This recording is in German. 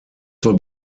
vor